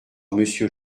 monsieur